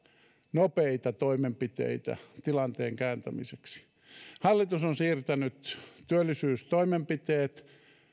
nopeita toimenpiteitä tilanteen kääntämiseksi hallitus on siirtänyt työllisyystoimenpiteet